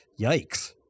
yikes